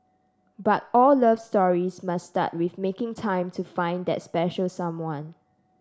but all love stories must start with making time to find that special someone